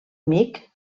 amic